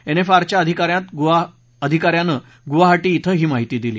एनएफआरच्या अधिका यांनं गुवाहाटी इथं ही माहिती दिली